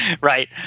right